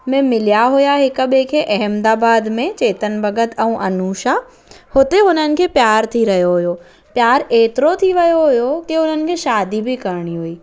में मिलिया हुआ हिक ॿिए खे अहमदाबाद में चेतन भगत ऐं अनुषा हुते हुननि खे प्यार थी रहियो हुओ प्यारु एतिरो थी वियो हुओ की उन्हनि खे शादी बि करणी हुई